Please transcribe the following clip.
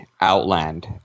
Outland